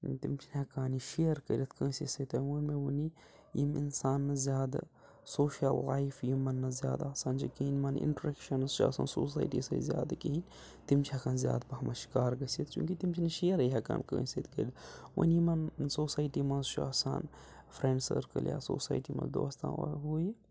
تِم چھِنہٕ ہٮ۪کان یہِ شِیر کٔرِتھ کٲنٛسے سۭتۍ تہِ ووٚن مےٚ وونی یہِ یِم اِنسان نہٕ زیادٕ سوشَل لایِف یِمَن نہٕ زیادٕ آسان چھِ کِہیٖنۍ یِمَن اِنٹرٛکشَنٕز چھِ آسان سوسایٹی سۭتۍ زیادٕ کِہیٖنۍ تِم چھِ ہٮٚکان زیادٕ پَہمَتھ شِکار گٔژھِتھ چوٗنٛکہِ تِم چھِنہٕ شِیَرٕے ہٮ۪کان کٲنٛسہِ سۭتۍ کٔرِتھ ونۍ یِمَن سوسایٹی منٛز چھُ آسان فرٛٮنٛڈ سٔرکٕل یا سوسایٹی منٛز دوستان ہُہ یہِ